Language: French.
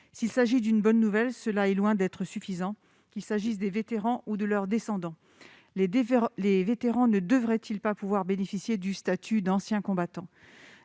S'il s'agit d'une bonne nouvelle, c'est loin d'être suffisant, qu'il s'agisse des vétérans ou de leurs descendants. Les vétérans ne devraient-ils pas pouvoir bénéficier du statut d'ancien combattant ?